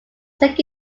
second